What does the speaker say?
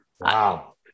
Wow